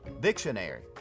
Dictionary